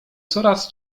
coraz